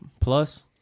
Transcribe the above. plus